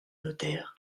notaire